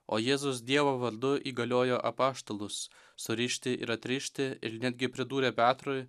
o jėzus dievo vardu įgaliojo apaštalus surišti ir atrišti ir netgi pridūrė petrui